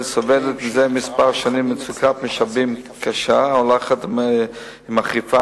סובלת זה כמה שנים ממצוקת משאבים קשה ההולכת ומחריפה,